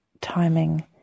timing